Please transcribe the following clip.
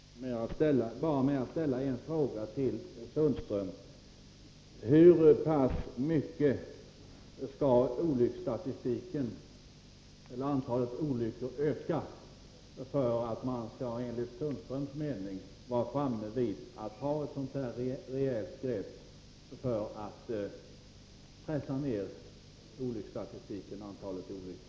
Herr talman! Jag skall inte i onödan förlänga denna diskussion. Jag vill bara ställa en fråga till Sten-Ove Sundström: Hur mycket skall antalet olyckor öka för att man, enligt Sten-Ove Sundströms mening, skall vara framme vid den nivå i olycksstatistiken då man bör ta ett sådant här rejält grepp för att pressa ned antalet olyckor?